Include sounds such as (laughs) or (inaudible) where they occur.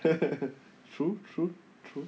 (laughs) true true true